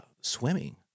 swimming